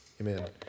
Amen